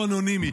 הוא אנונימי.